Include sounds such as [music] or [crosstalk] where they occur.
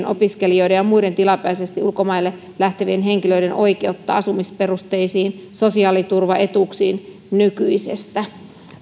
[unintelligible] opiskelijoiden ja muiden tilapäisesti ulkomaille lähtevien henkilöiden oikeutta asumisperusteisiin sosiaaliturvaetuuksiin nykyisestä